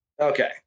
Okay